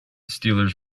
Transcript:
steelers